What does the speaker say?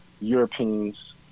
Europeans